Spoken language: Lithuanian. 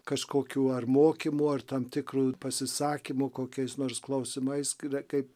kažkokių ar mokymų ar tam tikrų pasisakymų kokiais nors klausimais kada kaip